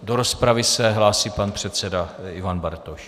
Do rozpravy se hlásí pan předseda Ivan Bartoš.